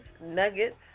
Nuggets